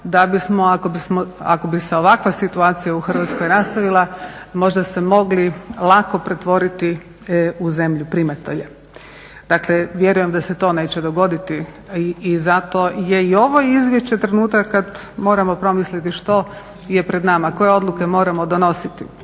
ako bi se ovakva situacija u Hrvatskoj nastavila možda se mogli lako pretvoriti u zemlju primatelja. Dakle vjerujem da se to neće dogoditi i zato je i ovo izvješće trenutak kad moramo promisliti što je pred nama, koje odluke moramo donositi.